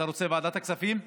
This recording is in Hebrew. אתה רוצה ועדת הכספים?